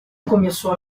começou